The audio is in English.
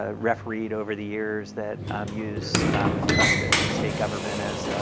ah refereed over the years that use trust in state government as